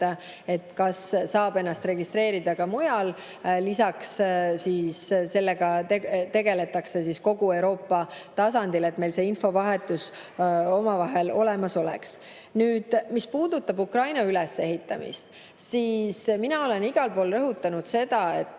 kas saab ennast registreerida ka mujal. Sellega tegeldakse kogu Euroopa tasandil, et meil see omavaheline infovahetus olemas oleks. Mis puudutab Ukraina ülesehitamist, siis mina olen igal pool rõhutanud seda, et